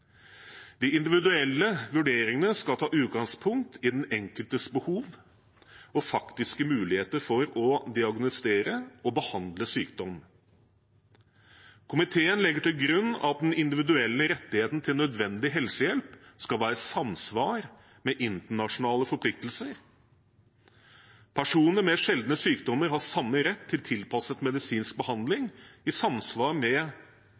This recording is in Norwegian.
De individuelle vurderingene skal ta utgangspunkt i den enkeltes behov og faktiske muligheter for å diagnostisere og behandle sykdom. Komiteen legger til grunn at den individuelle rettigheten til nødvendig helsehjelp skal være i samsvar med internasjonale forpliktelser. Personer med sjeldne sykdommer har samme rett til tilpasset medisinsk behandling i samsvar med